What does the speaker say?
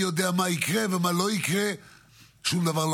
מהדברים לא